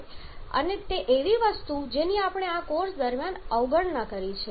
અને તે એવી વસ્તુ છે જેની આપણે આ કોર્સ દરમિયાન અવગણના કરી છે